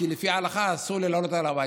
כי לפי ההלכה אסור לי לעלות להר הבית,